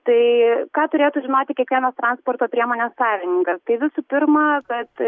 tai ką turėtų žinoti kiekvienas transporto priemonės savininkas tai visų pirma kad